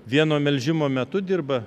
vieno melžimo metu dirba